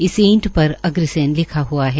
इस ईंट पर अग्रसेन लिखा हुआ है